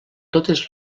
totes